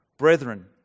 Brethren